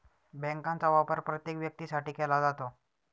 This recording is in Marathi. बँकांचा वापर प्रत्येक व्यक्तीसाठी केला जातो